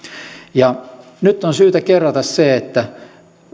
nyt on syytä kerrata se että